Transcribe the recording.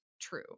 true